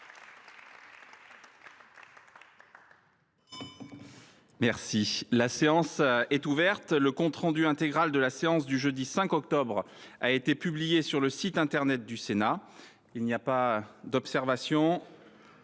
La séance est ouverte. Le compte rendu intégral de la séance du jeudi 5 octobre 2023 a été publié sur le site internet du Sénat. Il n’y a pas d’observation ?…